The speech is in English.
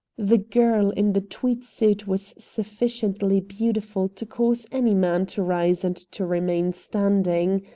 the girl in the tweed suit was sufficiently beautiful to cause any man to rise and to remain standing.